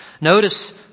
Notice